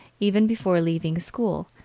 even before leaving school,